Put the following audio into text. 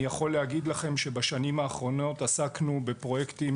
אני יכול להגיד לכם שבשנים האחרונות עסקנו בפרויקטים